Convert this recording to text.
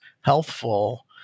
healthful